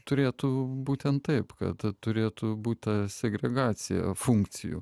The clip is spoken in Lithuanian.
turėtų būtent taip kad turėtų būt ta segregacija funkcijų